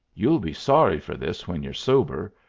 you'll be sorry for this when you're sober.